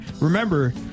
remember